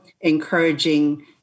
encouraging